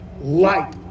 light